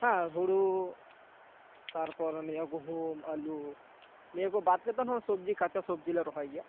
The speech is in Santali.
ᱦᱟᱸ ᱦᱩᱲᱩ ᱛᱟᱨᱯᱚᱨ ᱱᱤᱭᱟᱹ ᱜᱩᱦᱩᱢ ᱟᱹᱞᱩ ᱱᱤᱭᱟᱹᱠᱚ ᱵᱟᱛ ᱠᱟᱛᱮᱱ ᱦᱚᱸ ᱥᱚᱵᱡᱤ ᱠᱟᱛᱮ ᱥᱚᱵᱡᱤᱞᱮ ᱨᱚᱦᱚᱭ ᱜᱮᱭᱟ